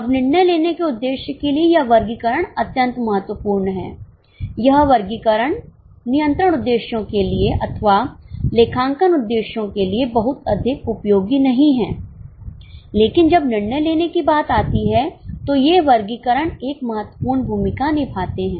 अब निर्णय लेने के उद्देश्य के लिए यह वर्गीकरण अत्यंत महत्वपूर्ण है यह वर्गीकरण नियंत्रण उद्देश्यों के लिए अथवा लेखांकन उद्देश्यों के लिए बहुत अधिक उपयोगी नहीं है लेकिन जब निर्णय लेने की बात आती है तो ये वर्गीकरण एक महत्वपूर्ण भूमिका निभाते हैं